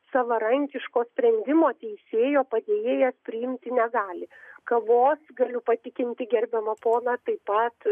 savarankiško sprendimo teisėjo padėjėjas priimti negali kavos galiu patikinti gerbiamą poną taip pat